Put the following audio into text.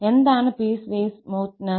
എന്താണ് piecewise smoothness